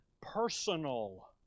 personal